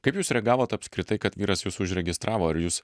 kaip jūs reagavot apskritai kad vyras jus užregistravo ar jūs